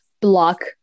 block